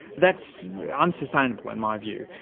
that's unsustainable in my view.